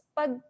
pag